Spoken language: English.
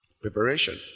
Preparation